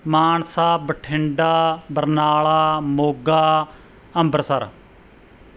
Mansa Bathinda Barnala Moga Amritsar